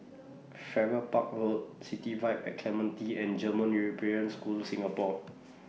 Farrer Park Road City Vibe At Clementi and German European School Singapore